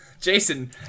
jason